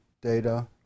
data